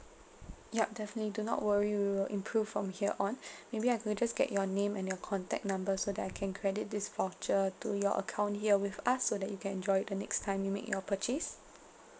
yup definitely do not worry we will improve from here on maybe I could just get your name and your contact number so that I can credit this voucher to your account here with us so that you can enjoy the next time you make your purchase